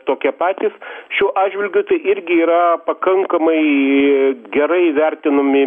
tokie patys šiuo atžvilgiu tai irgi yra pakankamai gerai vertinami